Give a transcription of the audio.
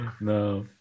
No